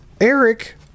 Eric